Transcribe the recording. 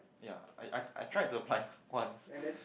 ya I I I tried to apply once